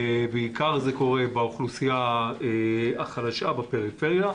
זה קורה בעיקר באוכלוסייה החלשה בפריפריה,